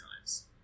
times